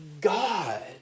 God